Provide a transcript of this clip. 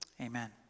Amen